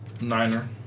Niner